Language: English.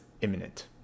imminent